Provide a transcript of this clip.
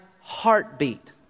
heartbeat